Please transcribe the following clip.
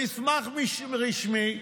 במסמך רשמי,